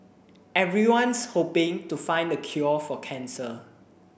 everyone's hoping to find a cure for cancer